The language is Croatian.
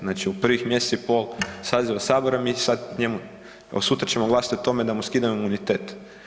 Znači u prvih mjesec i pol saziva sabora mi sad njemu, evo sutra ćemo glasat o tome da mu skidamo imunitet.